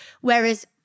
Whereas